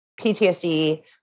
PTSD